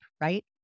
right